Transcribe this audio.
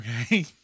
Okay